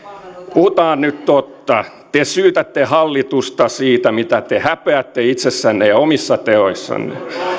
puhutaan nyt totta te syytätte hallitusta siitä mitä te häpeätte itsessänne ja omissa teoissanne